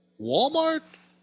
Walmart